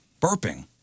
Burping